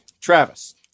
Travis